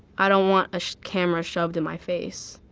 i don't want a camera shoved in my face.